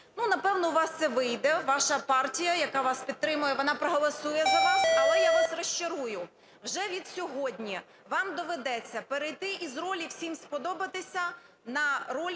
Напевно, у вас це вийде, ваша партія, яка вас підтримує, вона проголосує за вас. Але я вас розчарую: вже відсьогодні вам доведеться перейти із ролі "всім сподобатися" на роль